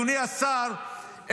אדוני השר,